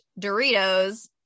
Doritos